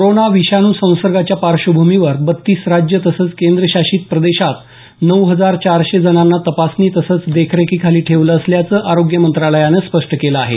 corona विषाणू संसर्गाच्या पार्श्वभूमीवर बत्तीस राज्य तसंच केंद्रशासित प्रदेशात नऊ हजार चारशे जणांना तपासणी तसंच देखरेखीखाली ठेवलं असल्याचं आरोग्य मंत्रालयानं स्पष्ट केलं आहे